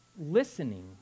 listening